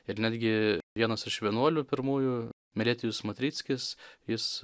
ir netgi vienas iš vienuolių pirmųjų mirėtijus matrickis jis